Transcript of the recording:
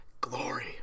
Glory